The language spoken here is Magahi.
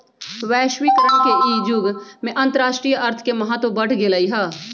वैश्वीकरण के इ जुग में अंतरराष्ट्रीय अर्थ के महत्व बढ़ गेल हइ